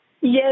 Yes